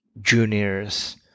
juniors